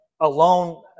Alone